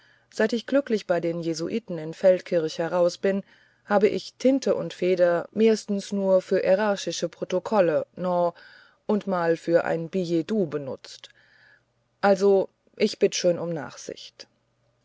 seit ich glücklich bei die jesuiten in feldkirch heraus bin habe ich tinte und feder mehrstens nur für ärarische protokolle no und mal für ein billetdoux benützt also ich bitt schön um nachsicht